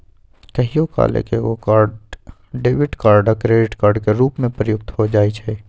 कहियो काल एकेगो कार्ड डेबिट कार्ड आ क्रेडिट कार्ड के रूप में प्रयुक्त हो जाइ छइ